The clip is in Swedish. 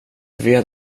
vet